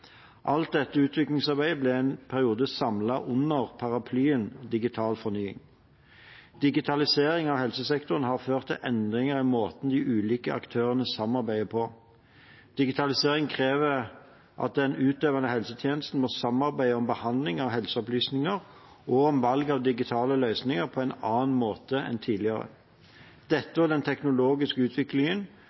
Alt dette utviklingsarbeidet ble en periode samlet under paraplyen Digital fornying. Digitalisering av helsesektoren har ført til endringer i måten de ulike aktørene samarbeider på. Digitalisering krever at den utøvende helsetjenesten må samarbeide om behandling av helseopplysninger og om valg av digitale løsninger på en annen måte enn tidligere. Dette og den teknologiske utviklingen